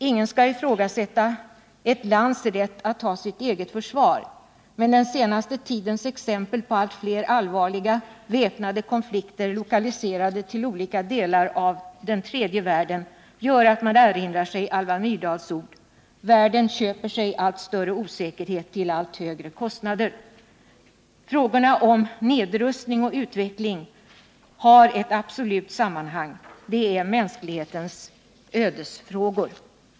Ingen skall ifrågasätta ett lands rätt att ha sitt eget försvar, men den senaste tidens exempel på att flera allvarliga väpnade konflikter är lokaliserade till olika delar av tredje världen gör att man erinrar sig Alva Myrdals ord: ”Världen köper sig allt större osäkerhet till allt högre kostnader.” Frågorna om nedrustning och utveckling har ett absolut sammanhang. Det är mänsklighetens ödesfrågor.